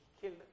killed